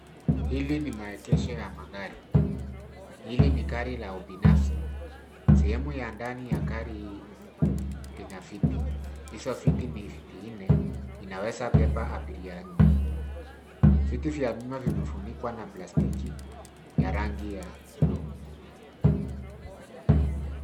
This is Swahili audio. Hili ni maegesho ya magari. Hili ni gari la ubinafsi. Sehemu ya ndani ya gari hii lina viti. Hizo viti ni vinne inaweza kubeba abiria nne. Viti vya nyuma vimefunikwa na plastiki ya rangi ya bluu.